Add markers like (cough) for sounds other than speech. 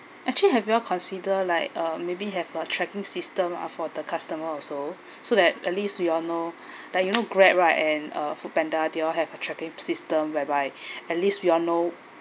actually have you all considered like uh maybe have a tracking system ah for the customer also (breath) so that at least we all know (breath) like you know grab right and uh food panda they all have a tracking system whereby (breath) at least we all know